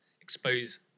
expose